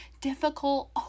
difficult